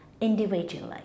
individually